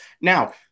Now